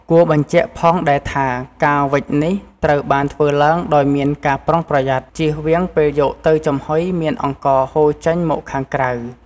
គួរបញ្ជាក់ផងដែរថា ការវេចនេះត្រូវបានធ្វើឡើងដោយមានការប្រុងប្រយ័ត្ន ជៀសវាងពេលយកទៅចំហុយមានអង្ករហូរចេញមកខាងក្រៅ។